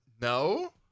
No